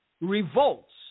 revolts